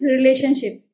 Relationship